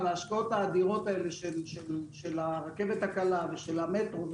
על ההשקעות האדירות האלה של הרכבת הקלה ושל המטרו,